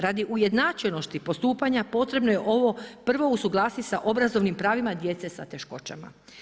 Radi ujednačenosti postupanju potrebno je ovo prvo usuglasiti sa obrazovnim pravima djece sa poteškoćama.